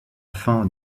fin